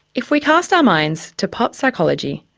if we cast our minds to pop psychology,